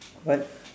what